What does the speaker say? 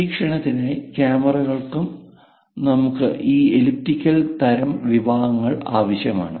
നിരീക്ഷണത്തിനായി ക്യാമറകൾക്കും നമുക്ക് ഈ എലിപ്റ്റിക്കൽ തരം വിഭാഗങ്ങൾ ആവശ്യമാണ്